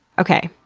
okay,